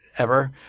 ever.